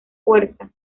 fuerza